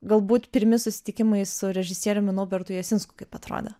galbūt pirmi susitikimai su režisieriumi naubertu jasinsku kaip atrodė